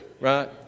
right